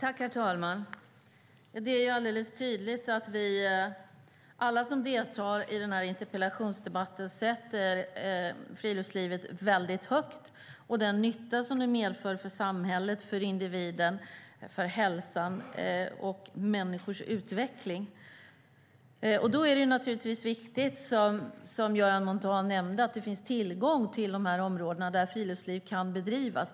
Herr talman! Det är alldeles tydligt att vi alla som deltar i interpellationsdebatten sätter friluftslivet högt och inser den nytta det innebär för samhället, individen, hälsan och för människors utveckling. Då är det viktigt, som Göran Montan nämnde, att det finns tillgång till områden där friluftsliv kan bedrivas.